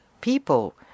people